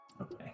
Okay